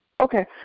Okay